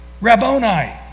Rabboni